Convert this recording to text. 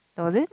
was it